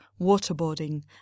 waterboarding